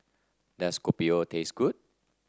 does Kopi O taste good